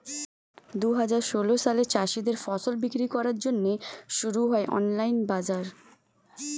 দুহাজার ষোল সালে চাষীদের ফসল বিক্রি করার জন্যে শুরু হয় অনলাইন বাজার